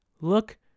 look